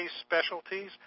specialties